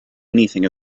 anything